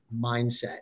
mindset